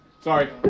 Sorry